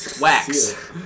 Wax